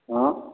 हँ हँ